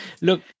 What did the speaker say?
Look